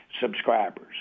subscribers